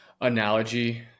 analogy